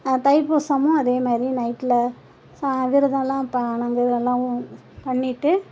தைப்பூசமும் அதே மாதிரி நைட்டில் ச விரதெல்லாம் நாங்கள் எல்லாமும் பண்ணிவிட்டு